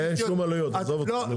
אין שום עלויות, עזוב אותי, נו.